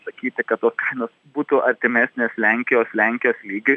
sakyti kad tos kainos būtų artimesnės lenkijos lenkijos lygiui